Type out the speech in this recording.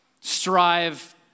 strive